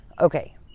Okay